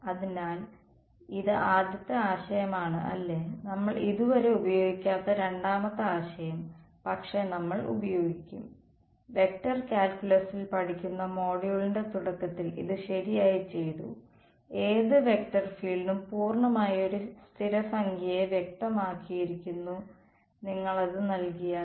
അതിനാൽ ഇത് ആദ്യത്തെ ആശയമാണ് അല്ലേ നമ്മൾ ഇതുവരെ ഉപയോഗിക്കാത്ത രണ്ടാമത്തെ ആശയം പക്ഷേ നമ്മൾ ഉപയോഗിക്കും വെക്റ്റർ കാൽക്കുലസിൽ പഠിക്കുന്ന മൊഡ്യൂളിന്റെ തുടക്കത്തിൽ ഇത് ശരിയായി ചെയ്തു ഏത് വെക്റ്റർ ഫീൽഡും പൂർണ്ണമായും ഒരു സ്ഥിരസംഖ്യയെ വ്യക്തമാക്കിയിരിക്കുന്നു നിങ്ങൾ അത് നൽകിയാൽ